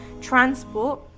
transport